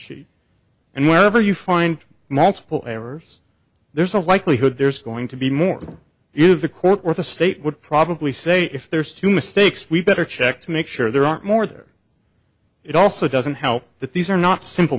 sheet and whenever you find multiple errors there's a likelihood there's going to be more if the court were the state would probably say if there's two mistakes we better check to make sure there aren't more there it also doesn't help that these are not simple